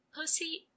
Pussy